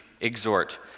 exhort